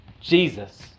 Jesus